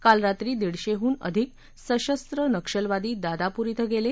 काल रात्री दीडशेहून अधिक सशस्त्र नक्षलवादी दादापूर कें गेले